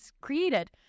created